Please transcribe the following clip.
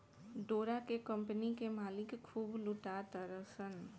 डोरा के कम्पनी के मालिक खूब लूटा तारसन